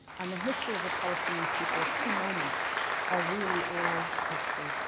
and the history of the palestinian people key moments are really oral history.